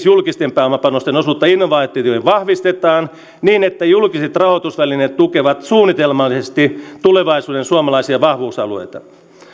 julkisten pääomapanostusten osuutta innovaatioihin vahvistetaan niin että julkiset rahoitusvälineet tukevat suunnitelmallisesti tulevaisuuden suomalaisia vahvuusalueita